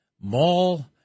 Mall